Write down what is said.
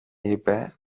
είπε